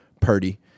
Purdy